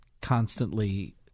constantly